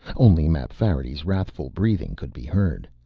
only mapfarity's wrathful breathing could be heard.